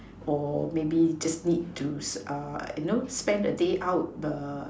or maybe just need to s~ err you know spend a day out